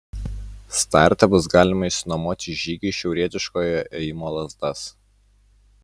starte bus galima išsinuomoti žygiui šiaurietiškojo ėjimo lazdas